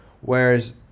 whereas